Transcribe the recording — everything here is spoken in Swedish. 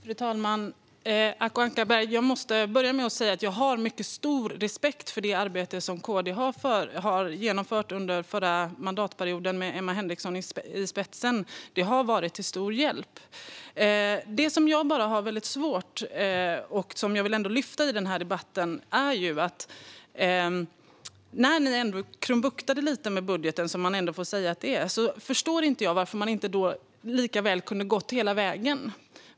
Fru talman! Acko Ankarberg Johansson! Jag måste börja med att säga att jag har mycket stor respekt för det arbete som KD genomförde under förra mandatperioden med Emma Henriksson i spetsen. Det har varit till stor hjälp. Det som jag har svårt att förstå är varför ni inte kunde gå hela vägen när ni ändå krumbuktade lite med budgeten. Det är det jag vill lyfta fram i den här debatten.